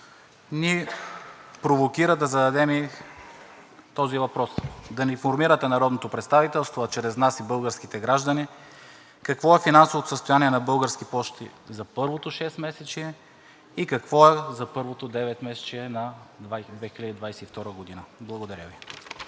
ни провокират да зададем този въпрос: да информирате народното представителство, а чрез нас и българските граждани, какво е финансовото състояние на „Български пощи“ за първото шестмесечие и какво е за първото деветмесечие на 2022 г. Благодаря Ви.